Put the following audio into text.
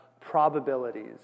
probabilities